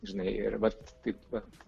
žinai ir vat taip vat